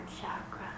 chakra